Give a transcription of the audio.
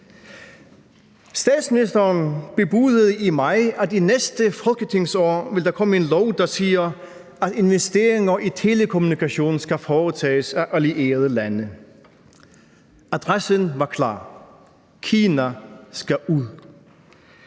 Statsministeren bebudede i maj, at i næste folketingsår ville der komme en lov, der siger, at investeringer i telekommunikation skal foretages af allierede lande. Adressen var klar: Kina skal ud.